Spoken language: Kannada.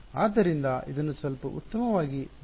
ಆದ್ದರಿಂದ ಇದನ್ನು ಸ್ವಲ್ಪ ಉತ್ತಮವಾಗಿ ದೃಶ್ಯೀಕರಿಸೋಣ